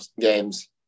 games